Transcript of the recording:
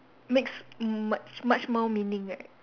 makes much much more meaning right